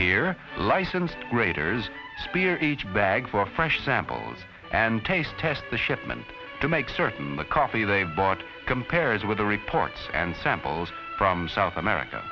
hear licensed graters spirits bag for fresh samples and taste test the shipment to make certain the coffee they bought compares with the reports and samples from south america